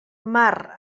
mar